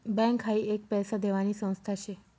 bank हाई एक पैसा देवानी संस्था शे